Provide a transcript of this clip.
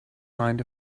mind